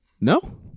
No